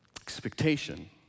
Expectation